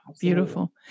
Beautiful